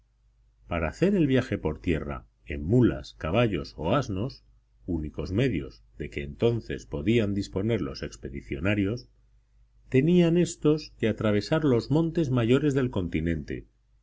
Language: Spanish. para hacer el viaje por tierra en mulas caballos o asnos únicos medios de que entonces podían disponer los expedicionarios tenían éstos que atravesar los montes mayores del continente